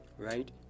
right